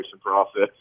process